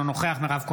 אינו נוכח מירב כהן,